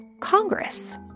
Congress